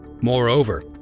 Moreover